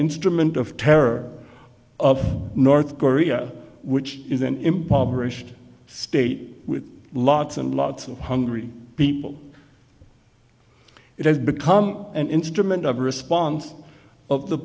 instrument of terror of north korea which is an impoverished state with lots and lots of hungry people it has become an instrument of response of the